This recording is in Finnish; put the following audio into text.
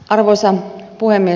arvoisa puhemies